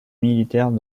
militaires